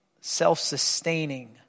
self-sustaining